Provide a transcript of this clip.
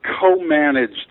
co-managed